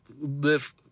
live